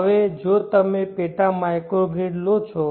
હવે જો તમે પેટા માઇક્રોગ્રિડ લો છો